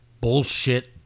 bullshit